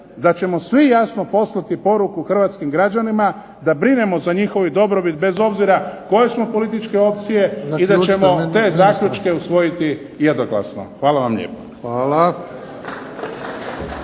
da ćemo svi jasno poslati poruku hrvatskim građanima da brinemo za njihovu dobrobit bez obzira koje smo političke opcije i da ćemo te zaključke usvojiti jednoglasno. Hvala vam lijepo.